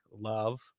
love